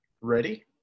ready